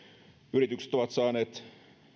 yritykset ovat saaneet